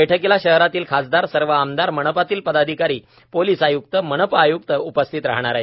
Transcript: बैठकीला शहरातील खासदार सर्व आमदार मनपातील पदाधिकारी पोलिसआय्क्त मनपा आय्क्त उपस्थित राहणार आहेत